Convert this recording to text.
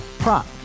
Prop